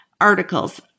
articles